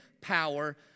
power